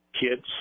kids